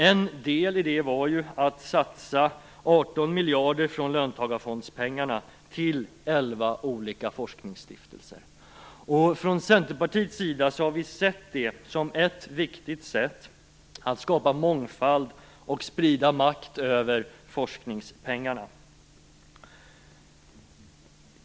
En del i den var ju att satsa 18 miljarder från löntagarfondspengarna till elva olika forskningsstiftelser. Vi i Centerpartiet har sett det som ett viktigt sätt att skapa mångfald och sprida makten över forskningspengarna.